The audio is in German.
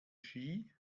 ski